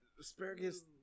asparagus